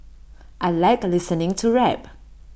I Like listening to rap